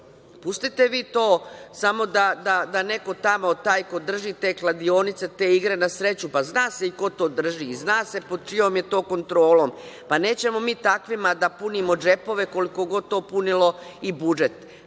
Pustite vi to, samo da neko tamo, taj ko drži te kladionice, te igre na sreću, pa zna se i ko to drži, zna se pod čijom je to kontrolom, pa nećemo mi takvima da punimo džepove koliko god to punilo i budžet.